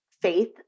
faith